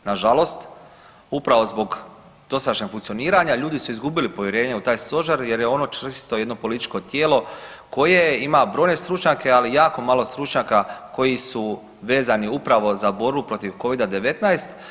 Nažalost upravo zbog dosadašnjeg funkcioniranja, ljudi su izgubili povjerenje u taj Stožer jer je ono čisto jedno političko tijelo koje ima brojne stručnjake, ali jako malo stručnjaka koji su vezani upravo za borbu protiv Covida-19.